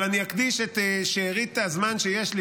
אבל אני אקדיש את שארית הזמן שיש לי,